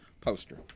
poster